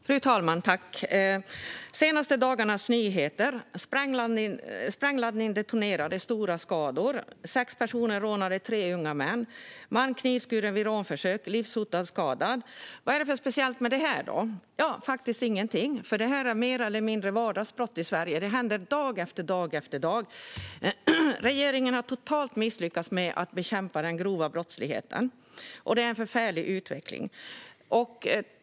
Fru talman! De senaste dagarnas nyheter: "Sprängladdning detonerade - stora skador", "Sex personer rånade tre unga män", "Man knivskuren vid rånförsök - livshotande skadad". Vad är det för något speciellt med detta? Faktiskt ingenting, för detta är mer eller mindre vardagsbrott i Sverige som händer dag efter dag. Regeringen har totalt misslyckats att bekämpa den grova brottsligheten, och utvecklingen är förfärlig.